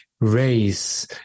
race